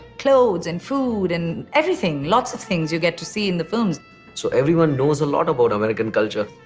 clothes and food, and everything, lots of things you get to see in the films so everyone knows a lot about american culture,